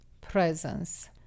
presence